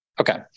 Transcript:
Okay